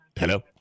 Hello